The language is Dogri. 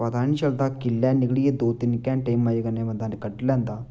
पता नेईं चलदा किल्लै निकली गे दो तिन्न घैंटे मजे कन्नै बंदा कड्ढी लैंदा